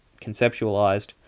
conceptualized